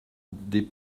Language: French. des